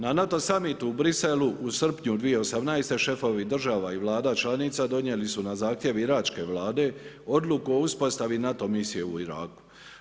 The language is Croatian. Na NATO samitu i Bruxellesu u srpnju 2018. šefovi država i vlada članica donijeli su na zahtjev iračke vlade odluku o uspostavi NATO misije u Iraku.